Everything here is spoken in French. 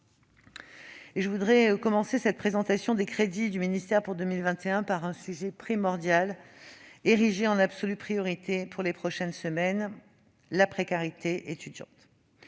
Je voudrais commencer cette présentation des crédits de mon ministère pour 2021 en évoquant un sujet primordial, érigé en absolue priorité pour les prochaines semaines : la lutte